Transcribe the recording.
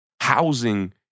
Housing